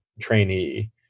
trainee